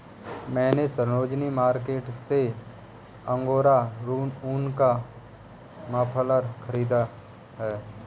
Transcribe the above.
मैने सरोजिनी मार्केट से अंगोरा ऊन का मफलर खरीदा है